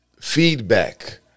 feedback